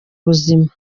buzima